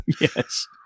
Yes